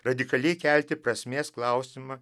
radikaliai kelti prasmės klausimą